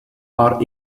are